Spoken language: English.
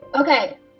Okay